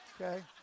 okay